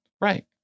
Right